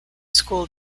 school